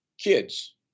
kids